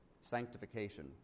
sanctification